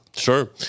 Sure